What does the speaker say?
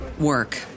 work